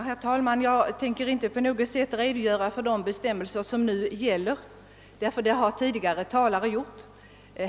Herr talman! Jag tänker inte redogöra för de bestämmelser som nu gäller, det har tidigare talare redan gjort.